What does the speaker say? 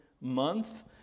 month